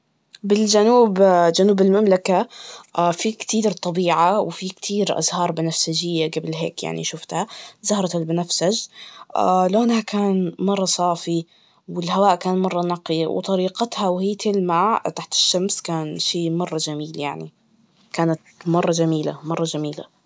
بالجنوب, جنوب المملكة, في كتيدر- طبيعة وفي كتير أزهار بنفسجية قبل هيك يعني شفتها, زهرة البنفسج, لونها كان مرة صافي, والهواء كان مرة نقي, طريقتها وهي تلمع تحت الشمس, كان شي مرة جميل يعني, كانت مرة جميلة, مرة جميلة.